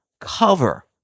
cover